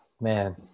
Man